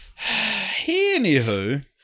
Anywho